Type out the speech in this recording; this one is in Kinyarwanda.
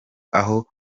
aho